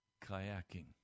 Kayaking